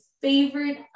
favorite